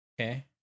Okay